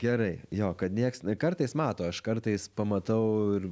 gerai jo kad nieks kartais mato aš kartais pamatau ir